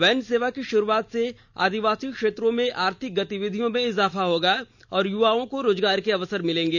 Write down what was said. van सेवा की शुरुआत से आदिवासी क्षेत्रों में आर्थिक गतिविधियों में इजाफा होगा और युवाओं को रोजगार के अवसर मिलेंगे